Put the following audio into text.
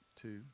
two